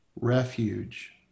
refuge